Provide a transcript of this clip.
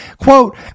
Quote